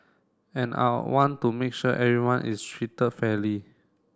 and I want to make sure everyone is treated fairly